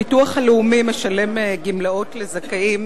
הביטוח הלאומי משלם גמלאות לזכאים